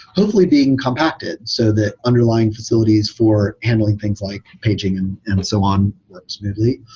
hopefully being compacted so that underlying facilities for handling things like paging and and so on works smoothly.